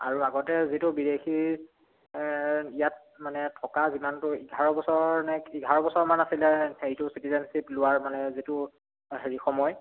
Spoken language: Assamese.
আৰু আগতে যিটো বিদেশী ইয়াত মানে থকা যিমানটো এঘাৰ বছৰ নে এঘাৰ বছৰমান আছিলে হেৰিটো চিটিজেনচিপ লোৱাৰ মানে যিটো হেৰি সময়